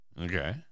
Okay